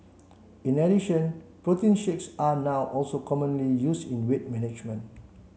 in addition protein shakes are now also commonly used in weight management